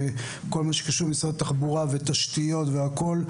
וכל מה שקשור למשרד התחבורה ותשתיות והכל,